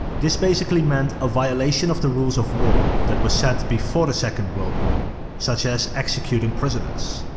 this basically meant a violation of the rules of war that were set before the second world war, such as executing prisoners.